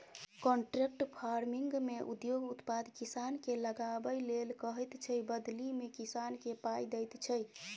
contract फार्मिंगमे उद्योग उत्पाद किसानकेँ लगाबै लेल कहैत छै बदलीमे किसानकेँ पाइ दैत छै